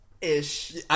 ish